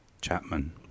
CHAPMAN